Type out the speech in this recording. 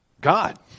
God